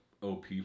OP